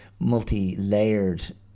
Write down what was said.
multi-layered